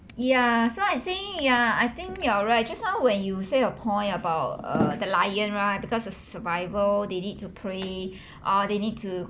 ya so I think ya I think you're right just now when you say your point about err the lion right because of survival they need to prey or they need to